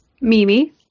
Mimi